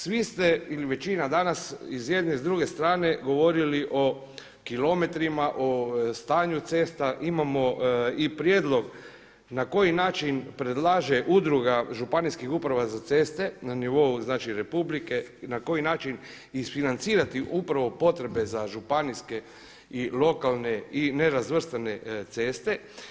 Svi ste ili većina danas iz jedne i druge strane govorili o kilometrima, o tanju cesta, imamo i prijedlog na koji način predlaže udruga županijskih uprava za ceste na nivou znači republike na koji način isfinancirati upravo potrebe za županijske i lokalne i nerazvrstane ceste.